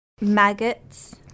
Maggots